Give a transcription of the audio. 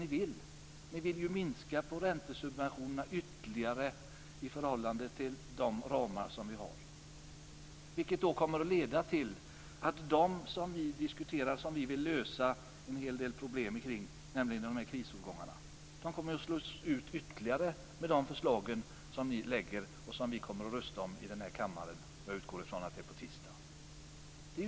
Ni vill ju minska på räntesubventionerna ytterligare i förhållande till de ramar som vi har, vilket kommer att leda till att de som ni vill lösa problemen för kommer att slås ut ytterligare med era förslag som ni skall rösta om här i kammaren - jag utgår ifrån att det blir på tisdag.